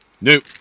Nope